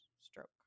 stroke